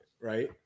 right